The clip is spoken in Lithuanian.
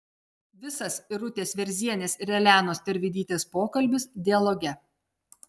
visas irutės varzienės ir elenos tervidytės pokalbis dialoge